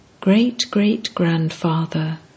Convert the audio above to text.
Great-great-grandfather